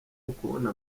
ukubona